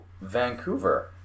Vancouver